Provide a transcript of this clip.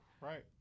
Right